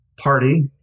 party